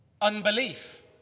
Unbelief